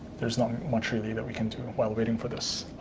there's not much really that we can do while waiting for this.